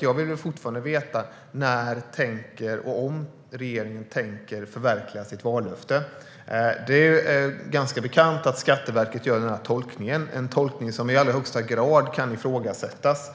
Jag vill fortfarande veta om och när regeringen tänker förverkliga sitt vallöfte. Det är ganska bekant att Skatteverket gör denna tolkning, en tolkning som i allra högsta grad kan ifrågasättas.